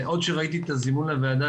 ועוד כשראיתי את הזימון לוועדה,